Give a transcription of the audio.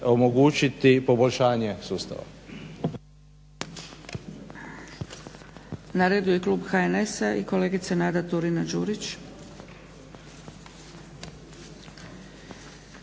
omogućiti poboljšanje sustava.